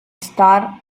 star